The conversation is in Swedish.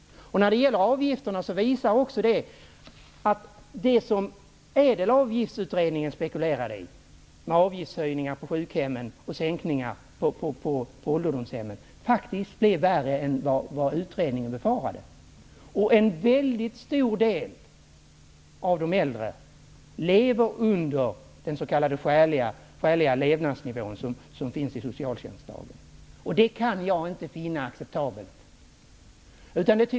När det gäller avgifterna har det visat sig att det som ÄDEL avgiftsutredningen spekulerade i, avgiftshöjningar på sjukhem och sänkningar på ålderdomshem, faktiskt blev värre än vad utredningen befarade. En mycket stor del av de äldre lever under den s.k. skäliga levnadsnivå som finns angiven i socialtjänstlagen. Det kan jag inte finna acceptabelt.